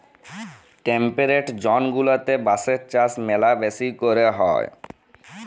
temperate zone গুলাতে বাঁশের চাষ ম্যালা বেশি ক্যরে হ্যয়